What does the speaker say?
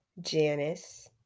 Janice